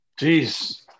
Jeez